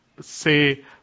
say